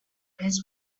his